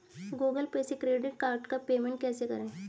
Google पर से credit card का पेमेंट कैसे करें?